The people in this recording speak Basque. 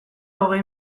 hogei